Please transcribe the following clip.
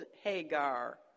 hagar